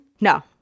No